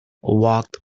walked